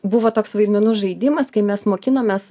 buvo toks vaidmenų žaidimas kai mes mokinomės